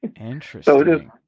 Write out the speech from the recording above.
Interesting